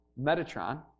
Metatron